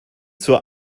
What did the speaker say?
zur